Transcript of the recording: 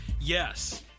Yes